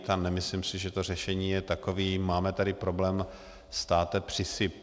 A nemyslím si, že to řešení je takové máme tady problém, státe, přisyp.